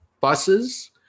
buses